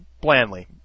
Blandly